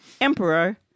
Emperor